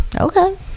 Okay